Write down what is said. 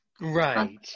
Right